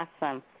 Awesome